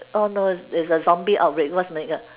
oh no it's a zombie outbreak what's my god